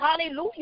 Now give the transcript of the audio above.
hallelujah